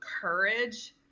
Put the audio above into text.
courage